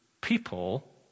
people